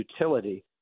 utility